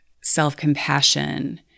self-compassion